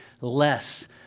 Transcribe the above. less